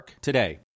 today